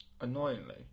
Annoyingly